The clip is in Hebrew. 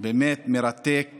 והבאמת-מרתק